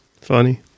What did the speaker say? Funny